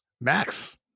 Max